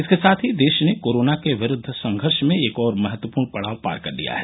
इसके साथ ही देश ने कोरोना के विरूद्व संघर्ष में एक और महत्वपूर्ण पड़ाव पार कर लिया है